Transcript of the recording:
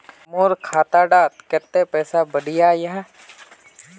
मोर खाता डात कत्ते पैसा बढ़ियाहा?